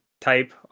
type